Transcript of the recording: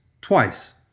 twice